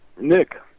Nick